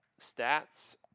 stats